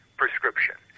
prescription